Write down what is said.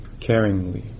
caringly